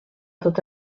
tot